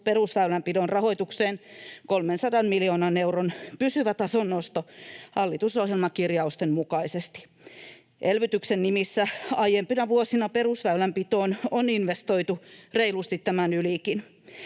perusväylänpidon rahoitukseen 300 miljoonan euron pysyvä tasonnosto hallitusohjelmakirjausten mukaisesti. Elvytyksen nimissä aiempina vuosina perusväylänpitoon on investoitu reilusti tämän ylikin.